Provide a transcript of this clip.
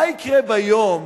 מה יקרה ביום